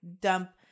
dump